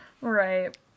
Right